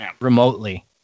Remotely